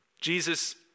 Jesus